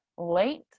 late